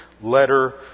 letter